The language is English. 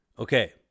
Okay